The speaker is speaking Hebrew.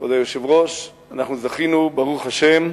כבוד היושב-ראש, אנחנו זכינו, ברוך השם,